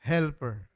Helper